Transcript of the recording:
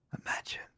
Imagine